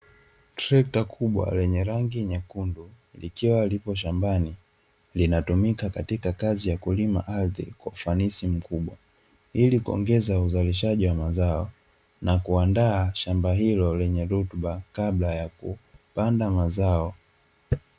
Trekta kubwa lenye rangi nyekundu, likiwa lipo shambani. Linatumika katika kazi ya kulima ardhi kwa ufanisi mkubwa, ili kuongeza uzalishaji wa mazao na kuandaa shamba hilo lenye rutuba kabla ya kupanda mazao.